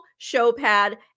Showpad